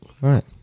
Right